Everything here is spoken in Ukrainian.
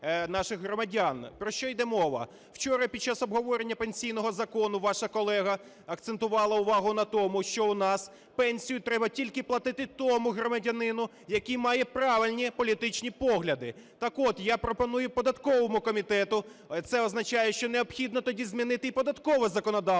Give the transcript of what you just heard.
Про що йде мова? Вчора під час обговорення пенсійного закону ваша колега акцентувала увагу на тому, що у нас пенсію треба тільки платити тому громадянину, який має правильні політичні погляди. Так от, я пропоную податковому комітету, це означає, що необхідно тоді змінити і податкове законодавство,